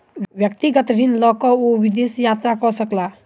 व्यक्तिगत ऋण लय के ओ विदेश यात्रा कय सकला